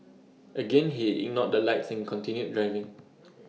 again he ignored the lights and continued driving